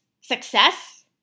success